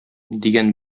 дигән